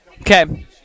Okay